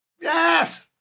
Yes